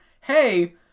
hey